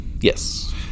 Yes